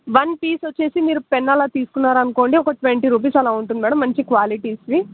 one piece వచ్చి మీరు pen అలా తీసుకున్నారు అనుకోండి ఒక ట్వంటి రూపీస్ అలా ఉంటుంది మ్యాడమ్ మంచి క్యాలిటీస్వి